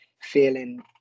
feeling